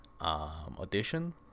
audition